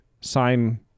sign